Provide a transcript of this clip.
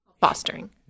Fostering